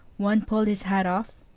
one pulled his hat off,